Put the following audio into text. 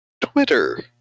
Twitter